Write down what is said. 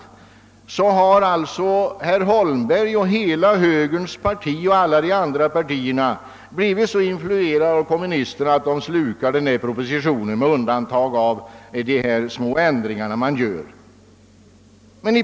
I så fall har alltså herr Holmberg, hela högerpartiet och alla andra partier varit så influerade av kommunisterna att de slukat propositionen med undantag för de små ändringar de föreslår.